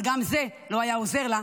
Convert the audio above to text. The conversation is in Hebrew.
אבל גם זה לא היה עוזר לה,